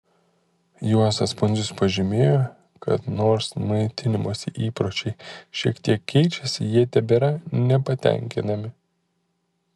juozas pundzius pažymėjo kad nors maitinimosi įpročiai šiek tek keičiasi jie tebėra nepatenkinami